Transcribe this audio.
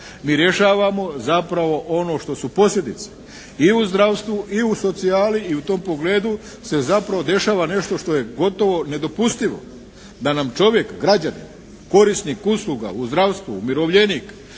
Mi rješavamo zapravo ono što su posljedice i zdravstvu i u socijali i u tom pogledu se zapravo dešava nešto što je gotovo nedopustivo da nam čovjek, građanin, korisnik usluga u zdravstvu, umirovljenik